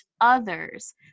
others